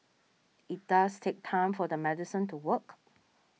it does take time for the medicine to work